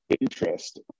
interest